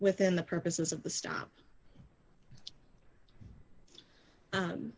within the purposes of the stop